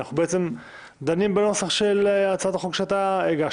אנחנו דנים בנוסח של הצעת החוק שהגשת,